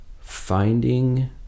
finding